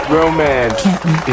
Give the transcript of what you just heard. Romance